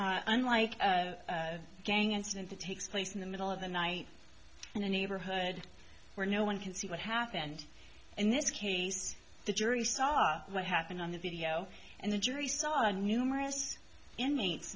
video unlike the gang incident that takes place in the middle of the night in a neighborhood where no one can see what happened in this case the jury saw what happened on the video and the jury saw numerous inmates